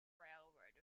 railroad